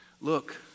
Look